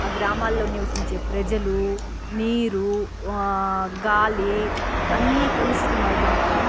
ఆ గ్రామాల్లో నివసించే ప్రజలు నీరు గాలి అన్ని కలుషితం అవుతున్నాయి